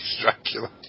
Dracula